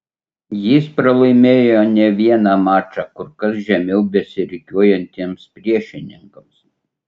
jis pralaimėjo ne vieną mačą kur kas žemiau besirikiuojantiems priešininkams